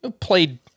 played